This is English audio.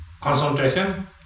concentration